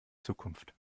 zukunft